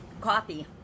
Coffee